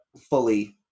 Fully